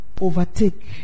overtake